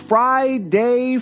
Friday